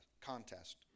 contest